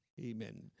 Amen